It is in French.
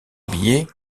billet